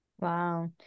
Wow